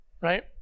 right